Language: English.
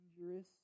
dangerous